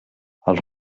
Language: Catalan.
els